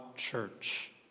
church